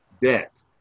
Debt